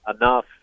enough